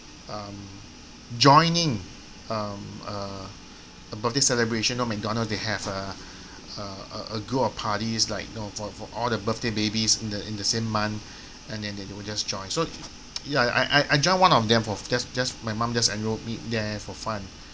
um joining um uh a birthday celebration know McDonalds they have uh uh a a group of parties like know for for all the birthday babies in the in the same month and then they would just join so ya I I I I joined one of them for just just my mum just enrolled me there for fun